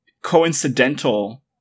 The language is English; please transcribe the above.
coincidental